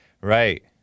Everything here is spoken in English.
Right